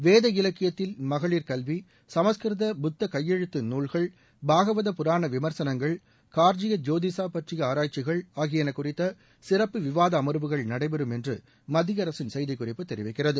வேத இலக்கியத்தில் மகளிர் கல்வி சமஸ்கிருத புத்த கையெழுத்து நூல்கள் பாகவத புராண விமர்சனங்கள் கார்ஜிய ஜோதிசா பற்றிய ஆராய்ச்சிகள் ஆகியன குறித்த சிறப்பு விவாத அம்வுகள் நடைபெறும் என்று அரசு செய்தி குறிப்பு தெரிவிக்கிறது